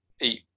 eat